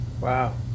Wow